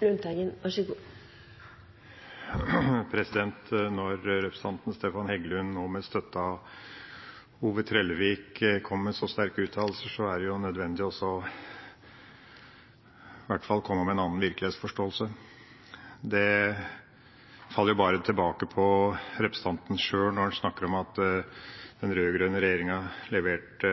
Når representanten Stefan Heggelund, nå med støtte av Ove Bernt Trellevik, kom med så sterke uttalelser, er det nødvendig i hvert fall å komme med en annen virkelighetsforståelse. Det faller bare tilbake på representanten sjøl når han snakker om at den rød-grønne regjeringa leverte